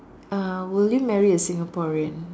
uh will you marry a Singaporean